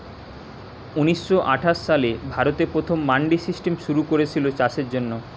ঊনিশ শ আঠাশ সালে ভারতে প্রথম মান্ডি সিস্টেম শুরু কোরেছিল চাষের জন্যে